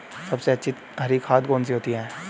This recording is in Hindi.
सबसे अच्छी हरी खाद कौन सी होती है?